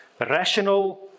rational